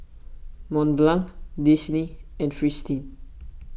Mont Blanc Disney and Fristine